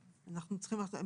הסדרה.